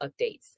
updates